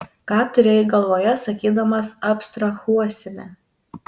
ką turėjai galvoje sakydamas abstrahuosime